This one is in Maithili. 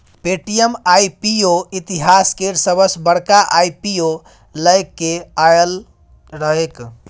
पे.टी.एम आई.पी.ओ इतिहास केर सबसॅ बड़का आई.पी.ओ लए केँ आएल रहैक